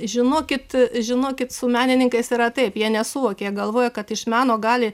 žinokit žinokit su menininkais yra taip jie nesuvokia jie galvoja kad iš meno gali